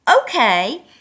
Okay